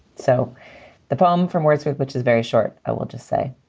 so the problem from words with which is very short. i will just say.